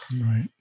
right